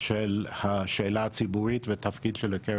של השאלה הציבורית והתפקיד של הקרן.